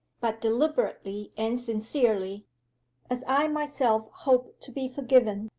but deliberately and sincerely as i myself hope to be forgiven,